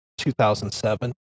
2007